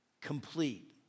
Complete